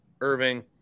Irving